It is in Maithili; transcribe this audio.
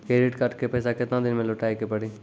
क्रेडिट कार्ड के पैसा केतना दिन मे लौटाए के पड़ी?